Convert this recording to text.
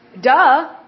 Duh